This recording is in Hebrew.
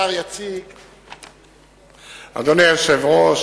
אדוני היושב-ראש,